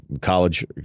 college